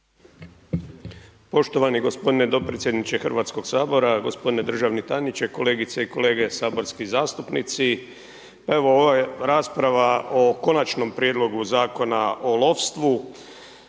Poštovani gospodine dopredsjedniče Hrvatskog sabora, gospodine državni tajniče, kolegice i kolege saborski zastupnici, evo ova rasprava o Konačnom prijedloga Zakona o lovstvu